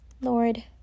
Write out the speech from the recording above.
Lord